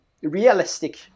realistic